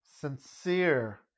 sincere